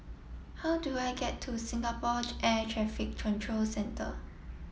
how do I get to Singapore Air Traffic Control Centre